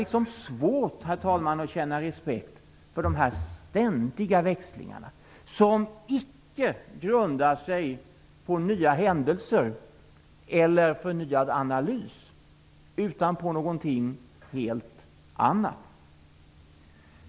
Vi har svårt, herr talman, att känna respekt för de ständiga växlingarna, som icke grundar sig på nya händelser eller förnyad analys utan på någonting helt annat.